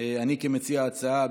אני כמציע ההצעה,